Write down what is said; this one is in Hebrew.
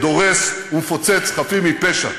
דורס ומפוצץ חפים מפשע.